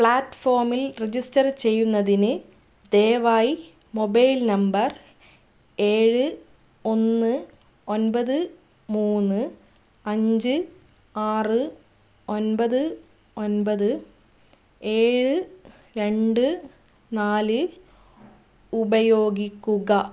പ്ലാറ്റ്ഫോമിൽ രജിസ്റ്റർ ചെയ്യുന്നതിന് ദയവായി മൊബൈൽ നമ്പർ ഏഴ് ഒന്ന് ഒൻപത് മൂന്ന് അഞ്ച് ആറ് ഒൻപത് ഒൻപത് ഏഴ് രണ്ട് നാല് ഉപയോഗിക്കുക